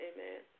Amen